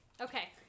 Okay